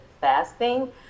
fasting